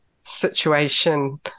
situation